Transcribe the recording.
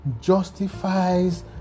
justifies